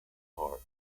park